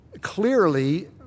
Clearly